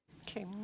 Okay